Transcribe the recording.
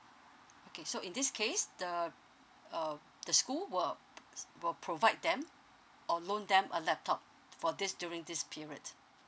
okay so in this case the uh the school will will provide them or loan them a laptop for this during this period